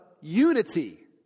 unity